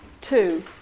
two